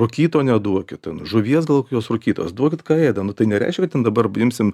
rūkyto neduokit ten žuvies gal kokios rūkytos duokit ką ėda tai nereiškia kad ten dabar imsim